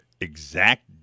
exact